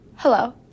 Hello